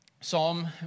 Psalm